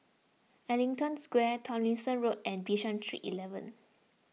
Ellington Square Tomlinson Road and Bishan Street eleven